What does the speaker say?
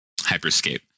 hyperscape